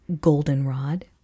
goldenrod